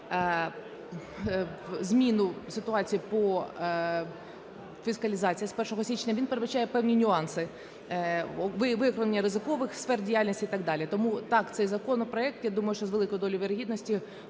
зміну ситуації по фіскалізації з 1 січня. Він передбачає певні нюанси виявлення ризикових сфер діяльності і так далі. Тому так, цей законопроект, я думаю, що з великою долею вірогідності